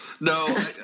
no